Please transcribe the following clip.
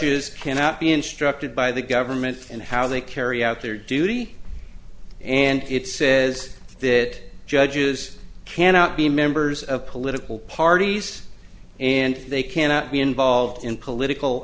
judges cannot be instructed by the government and how they carry out their duty and it says that judges cannot be members of political parties and they cannot be involved in political